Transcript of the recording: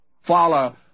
follow